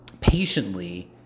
patiently